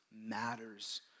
matters